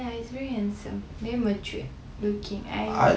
ya he's very handsome very matured looking